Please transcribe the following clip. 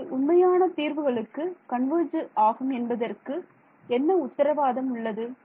இது உண்மையான தீர்வுகளுக்கு கன்வர்ஜ் ஆகும் என்பதற்கு என்ன உத்தரவாதம் உள்ளது